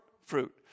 fruit